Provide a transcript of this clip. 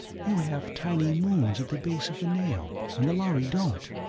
you have tiny moons at the base of the nail, and the lhari don't.